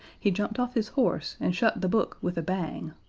he jumped off his horse and shut the book with a bang.